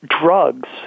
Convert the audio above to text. drugs